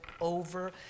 over